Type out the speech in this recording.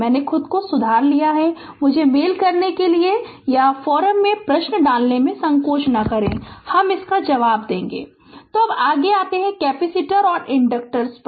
मैंने खुद को सुधार लिया है मुझे मेल करने के लिए या फोरम में प्रश्न डालने में संकोच न करें हम जवाब देंगे तो अब आगे आते है कैपेसिटर और इंडक्टर्स पर